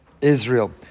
Israel